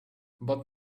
but